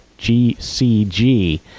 GCG